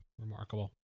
Remarkable